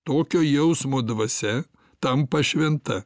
tokio jausmo dvasia tampa šventa